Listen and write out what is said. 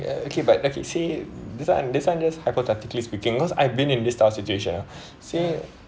ya okay but you say this [one] this [one] just hypothetically speaking cause I've been in this type of situation say